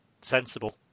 sensible